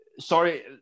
Sorry